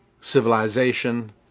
civilization